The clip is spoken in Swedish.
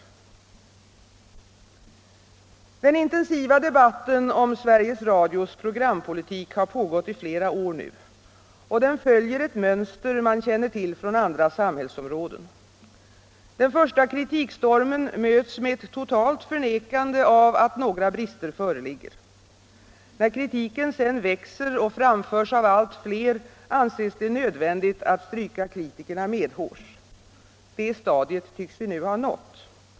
Den intensiva debatten om Sveriges Radios programpolitik har pågått i flera år nu, och den följer ett mönster som man känner till från andra samhällsområden. Den första kritikstormen möts med ett totalt förnekande av att några brister föreligger. När kritiken sedan växer och framförs av allt fler, anses det nödvändigt att stryka kritikerna medhårs. Detta stadium tycks vi nu ha nått.